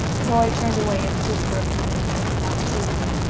roy turned away and stood for a few minutes looking out seaward.